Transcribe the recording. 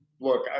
look